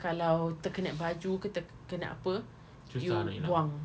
kalau terkena baju ke terkena apa you buang